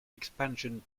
expansion